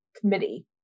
committee